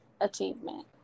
achievement